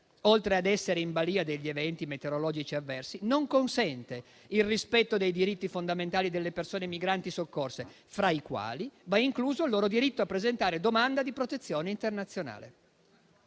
oltre ad essere in balìa degli eventi meteorologici avversi, non consente il rispetto dei diritti fondamentali delle persone migranti soccorse, fra i quali va incluso il diritto a presentare domanda di protezione internazionale.